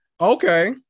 Okay